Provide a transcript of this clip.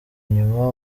inyuma